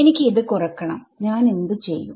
എനിക്ക് ഇത് കുറക്കണം ഞാനെന്തു ചെയ്യും